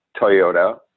Toyota